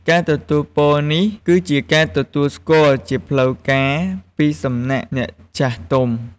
ការទទួលពរនេះគឺជាការទទួលស្គាល់ជាផ្លូវការពីសំណាក់អ្នកចាស់ទុំ។